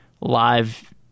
live